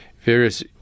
various